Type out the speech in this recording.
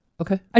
Okay